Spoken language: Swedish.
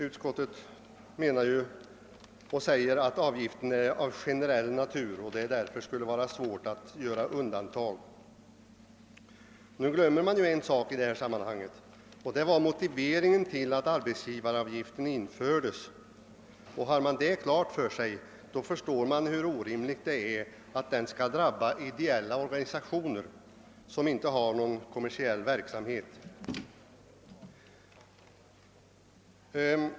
Utskottet säger att avgiften är av gene rell natur och att det därför skulle vara svårt att göra undantag. Man glömmer emellertid en sak i detta sammanhang, nämligen motiveringen till att arbetsgivaravgiften infördes. Har man den klar för sig, förstår man hur orimligt det är att avgiften skall drabba ideella organisationer som inte har någon kommersiell verksamhet.